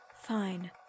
Fine